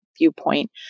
viewpoint